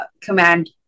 command